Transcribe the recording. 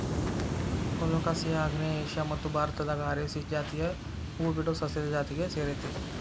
colocasia ಆಗ್ನೇಯ Asia ಮತ್ತು ಭಾರತದಾಗ ಅರೇಸಿ ಜಾತಿಯ ಹೂಬಿಡೊ ಸಸ್ಯದ ಜಾತಿಗೆ ಸೇರೇತಿ